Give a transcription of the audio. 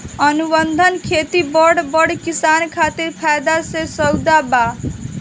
अनुबंध खेती बड़ बड़ किसान खातिर फायदा के सउदा बा